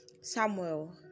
Samuel